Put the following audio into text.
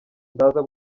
ndaza